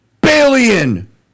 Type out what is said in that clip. billion